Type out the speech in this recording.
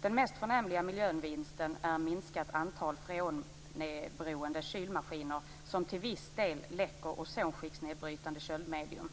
Den mest förnämliga miljövinsten är minskat antal freonberoende kylmaskiner som till viss del "läcker" ozonskiktsnedbrytande köldmedium.